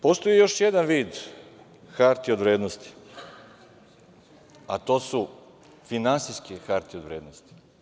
Postoji još jedan vid hartija od vrednosti, a to su finansijske hartije od vrednosti.